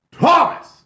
Thomas